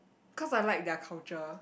cause I like their culture